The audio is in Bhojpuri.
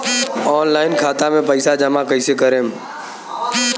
ऑनलाइन खाता मे पईसा जमा कइसे करेम?